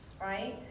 right